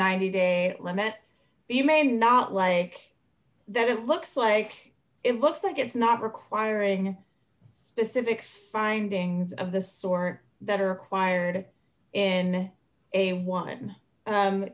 ninety day limit but you may not like that it looks like it looks like it's not requiring specific findings of the sort that are required in a one